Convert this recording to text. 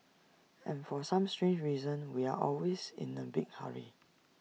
and for some strange reasons we are always in A big hurry